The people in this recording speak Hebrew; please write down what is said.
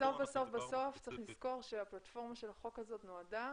ובסוף בסוף צריך לזכור שהפלטפורמה של החוק הזה נועדה